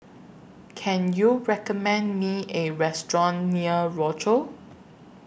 Can YOU recommend Me A Restaurant near Rochor